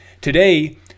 Today